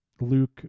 Luke